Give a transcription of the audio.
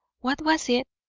what was it?